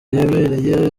yabereye